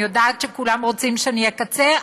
אני יודעת שכולם רוצים שאני אקצר,